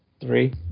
Three